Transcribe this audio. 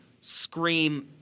scream